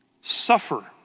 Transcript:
suffer